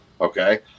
Okay